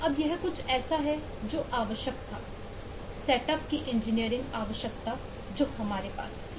अब यह कुछ ऐसा है जो आवश्यक था सेटअप की इंजीनियरिंग आवश्यकता जो हमारे पास थी